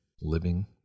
living